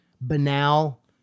banal